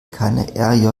keine